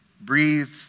breathe